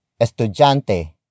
estudiante